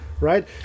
right